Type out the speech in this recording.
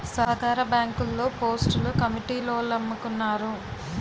సహకార బ్యాంకుల్లో పోస్టులు కమిటీలోల్లమ్ముకున్నారు